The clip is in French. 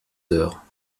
heures